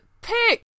pick